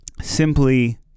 simply